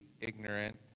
ignorant